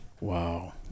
Wow